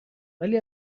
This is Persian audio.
ولی